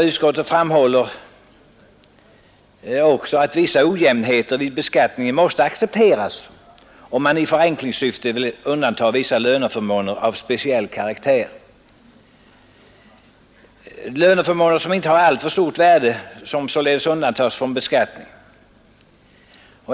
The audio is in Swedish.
Utskottet framhåller också, att vissa ojämnheter vid beskattningen måste accepteras, om man i förenklingssyfte vill undanta vissa löneförmåner av speciell karaktär och utan alltför stort värde från beskattning.